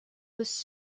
was